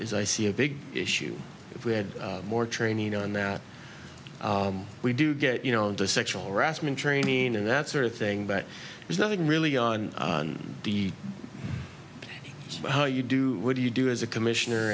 cannot see a big issue if we had more training on that we do get you know into sexual harassment training and that sort of thing but there's nothing really on the how you do what do you do as a commissioner